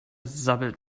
sabbelt